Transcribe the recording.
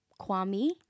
Kwame